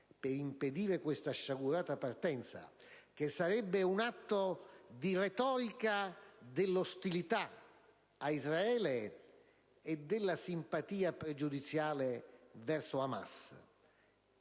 per impedire questa sciagurata partenza, che sarebbe un atto di retorica dell'ostilità ad Israele e della simpatia pregiudiziale verso Hamas.